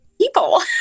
people